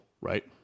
right